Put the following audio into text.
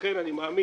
לכן אני מאמין